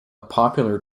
popular